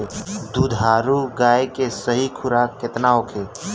दुधारू गाय के सही खुराक केतना होखे?